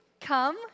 come